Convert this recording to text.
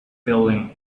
failing